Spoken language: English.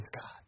God